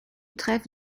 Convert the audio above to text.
trève